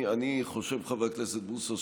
חבר הכנסת בוסו,